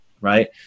right